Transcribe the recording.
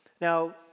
Now